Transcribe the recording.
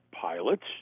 pilots